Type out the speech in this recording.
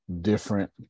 different